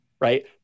right